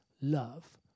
love